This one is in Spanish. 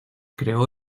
creó